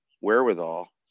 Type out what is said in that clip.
wherewithal